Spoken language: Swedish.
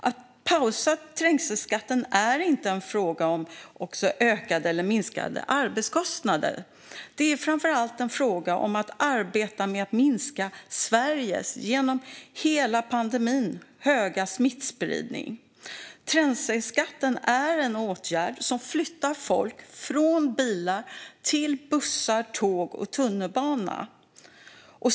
Att pausa trängselskatten är inte en fråga om ökade eller minskade arbetskostnader. Det är framför allt en fråga om att arbeta för att minska Sveriges, genom hela pandemin, höga smittspridning. Trängselskatten är en åtgärd som flyttar folk från bilar till bussar, tåg och tunnelbana.